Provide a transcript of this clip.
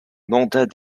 mandat